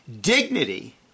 dignity